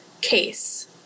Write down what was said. case